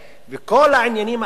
וכל העניינים האחרים